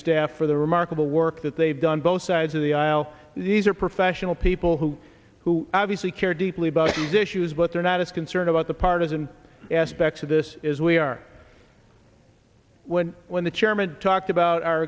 staff for the remarkable work that they've done both sides of the aisle these are professional people who who obviously care deeply about these issues but they're not as concerned about the partisan aspects of this is we are when when the chairman talked about our